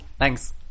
thanks